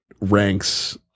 ranks